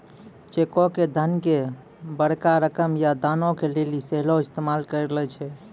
चेको के धन के बड़का रकम या दानो के लेली सेहो इस्तेमाल करै छै